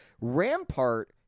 Rampart